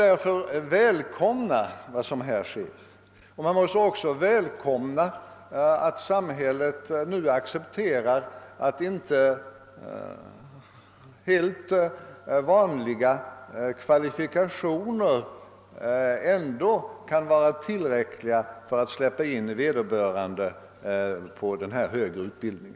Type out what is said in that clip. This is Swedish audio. Vi måste välkomna vad som här sker. Jag vill också välkomna att samhället accepterar att även icke helt vanliga kvalifikationer kan vara tillräckliga för tillträde till högre utbildning.